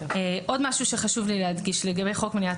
עוד משהו שחשוב לי להדגיש לגבי חוק מניעת